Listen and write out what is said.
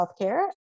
Healthcare